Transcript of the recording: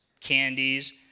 candies